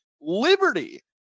Liberty